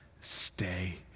stay